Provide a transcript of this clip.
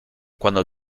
cuando